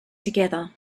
together